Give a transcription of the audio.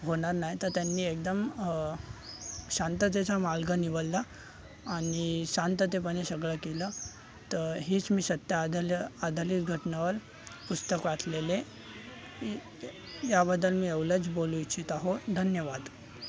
होणार नाही तर त्यांनी एकदम शांततेचा मार्ग निवलला आणि शांततेपने सगळं केलं तर हेच मी सत्य अधाल्य आधारीत घटनावर पुस्तक वाचलेलं आहे याबद्दल मी एवलच बोलू इच्छित आहो धन्यवाद